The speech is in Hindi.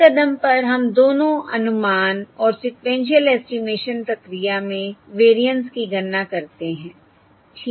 हर कदम पर हम दोनों अनुमान और सीक्वेन्शिअल एस्टिमेशन प्रक्रिया में वेरिएंस की गणना करते हैं ठीक है